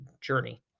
journey